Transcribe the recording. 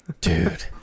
dude